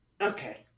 Okay